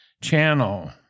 channel